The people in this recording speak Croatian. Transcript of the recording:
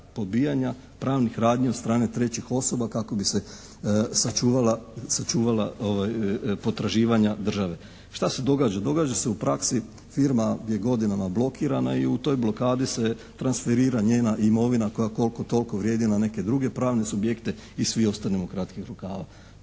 pobijanja pravnih radnji od strane trećih osoba kako bi se sačuvala potraživanja države. Šta se događa? Događa se u praksi firma je godinama blokirana i u toj blokadi se transferira njena imovina koja koliko toliko vrijedi na neke druge pravne subjekte i svi ostanemo kratkih rukava.